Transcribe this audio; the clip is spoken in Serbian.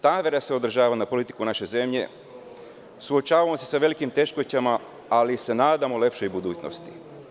Ta namera se odražava na politiku naše zemlje, suočavamo se sa velikim teškoćama, ali se nadamo lepšoj budućnosti.